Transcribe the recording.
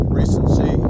recency